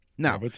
Now